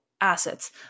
assets